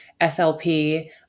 SLP